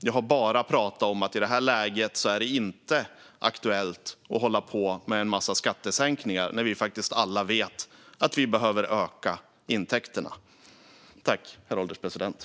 Jag har bara pratat om att det i detta läge inte är aktuellt att hålla på med en massa skattesänkningar eftersom vi alla vet att intäkterna behöver öka.